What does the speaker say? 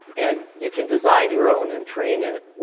and you can design your own and train it,